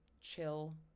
chill